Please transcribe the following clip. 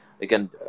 again